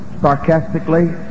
sarcastically